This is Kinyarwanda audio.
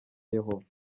yehova